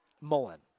Mullen